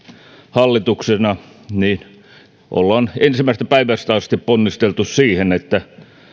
hallituksena olemme ensimmäisestä päivästä asti ponnistelleet siihen että